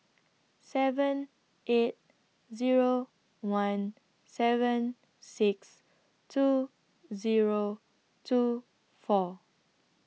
seven eight Zero one seven six two Zero two four